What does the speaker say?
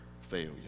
failure